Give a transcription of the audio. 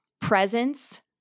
presence